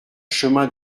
chemin